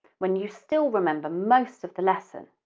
when you still remember most of the lesson.